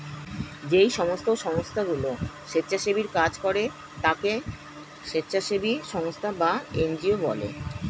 যেই সমস্ত সংস্থাগুলো স্বেচ্ছাসেবীর কাজ করে তাকে স্বেচ্ছাসেবী সংস্থা বা এন জি ও বলে